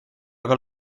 aga